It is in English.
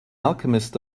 alchemist